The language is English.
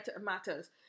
matters